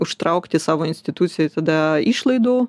užtraukti savo institucijai tada išlaidų